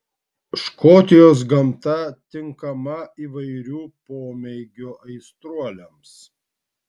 škotijos gamta tinkama įvairių pomėgių aistruoliams